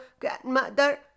Grandmother